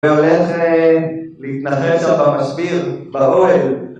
והוא הולך להתנחל שם במשביר, בעולם.